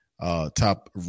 top